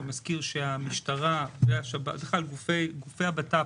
אני מזכיר שהמשטרה והשב"ס, בכלל גופי הבט"פ,